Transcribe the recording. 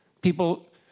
people